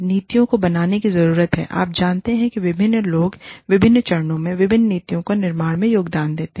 नीतियों को बनाने की जरूरत है आप जानते हैं कि विभिन्न लोग विभिन्न चरणों में विभिन्न नीतियों के निर्माण में योगदान देंगे